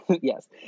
Yes